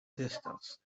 distance